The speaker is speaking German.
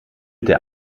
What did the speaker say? der